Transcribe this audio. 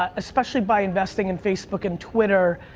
ah especially by investing in facebook and twitter,